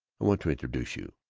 want to introduce you.